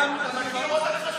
והוא יושב כאן.